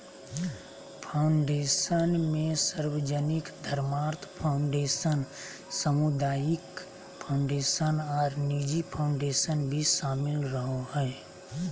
foundation मे सार्वजनिक धर्मार्थ फ़ाउंडेशन, सामुदायिक फ़ाउंडेशन आर निजी फ़ाउंडेशन भी शामिल रहो हय,